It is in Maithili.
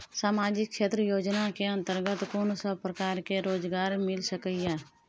सामाजिक क्षेत्र योजना के अंतर्गत कोन सब प्रकार के रोजगार मिल सके ये?